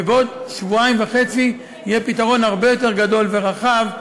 ובעוד שבועיים וחצי יהיה פתרון הרבה יותר גדול ורחב,